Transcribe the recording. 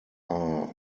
are